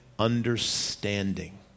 Understanding